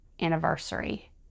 anniversary